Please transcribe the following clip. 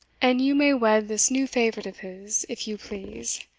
and you may wed this new favourite of his if you please,